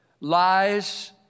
lies